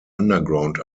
underground